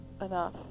enough